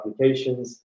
applications